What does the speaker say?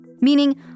Meaning